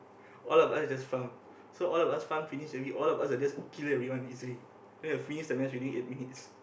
all of us just farm so all of us farm finish already all of us will just kill everyone easily then we will finish the match within eight minutes